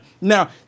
Now